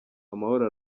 amahoro